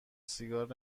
سیگار